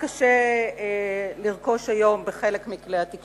מנומק ויסודי שקצת קשה לרכוש היום בחלק מכלי התקשורת.